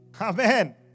Amen